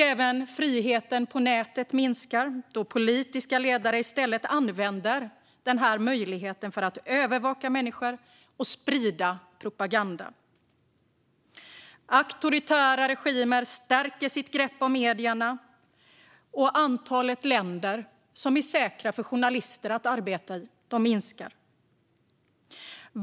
Även friheten på nätet minskar, då politiska ledare i stället använder denna möjlighet till att övervaka människor och sprida propaganda. Auktoritära regimer stärker sitt grepp om medierna, och antalet länder som är säkra för journalister att arbeta i minskar.